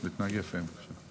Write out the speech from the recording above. תודה רבה לכם,